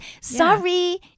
sorry